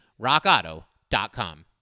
rockauto.com